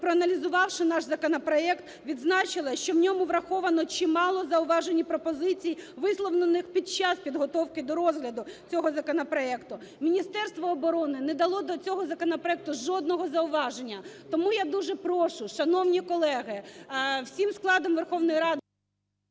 проаналізувавши наш законопроект, відзначило, що в ньому враховано чимало зауважень і пропозицій, висловлених під час підготовки до розгляду цього законопроекту. Міністерство оборони не дало до цього законопроекту жодного зауваження. Тому я дуже прошу, шановні колеги, всім складом Верховної Ради...